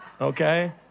Okay